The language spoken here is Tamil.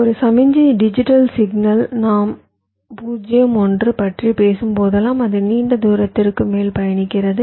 ஒரு சமிக்ஞை டிஜிட்டல் சிக்னல் நாம் 0 1 பற்றி பேசும்போதெல்லாம் அது நீண்ட தூரத்திற்கு மேல் பயணிக்கிறது